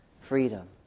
freedom